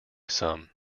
some